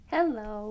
Hello